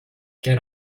get